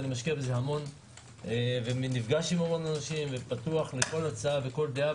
ואני משקיע בזה המון ונפגש עם המון אנשים ופתוח לכל הצעה ודעה.